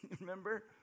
remember